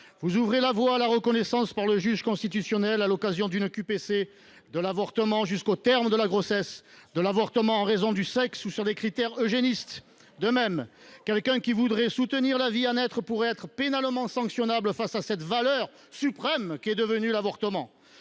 vous ouvrez la voie à la reconnaissance par le juge constitutionnel, à l’occasion d’une QPC, de l’avortement jusqu’au terme de la grossesse, de l’avortement en raison du sexe ou sur des critères eugénistes. Dire cela est abject ! De même, quelqu’un qui voudrait soutenir la vie à naître pourrait être pénalement sanctionnable face à cette valeur suprême qu’est devenu l’avortement.